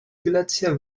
glacia